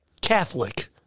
Catholic